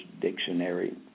Dictionary